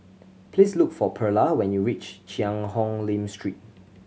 please look for Perla when you reach Cheang Hong Lim Street